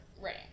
Right